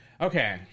Okay